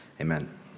Amen